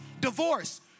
Divorce